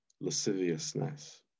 lasciviousness